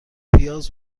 پیاز